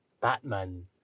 Batman